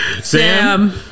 Sam